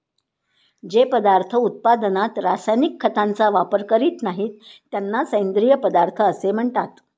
जे पदार्थ उत्पादनात रासायनिक खतांचा वापर करीत नाहीत, त्यांना सेंद्रिय पदार्थ असे म्हणतात